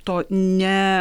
to ne